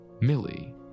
Millie